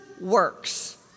works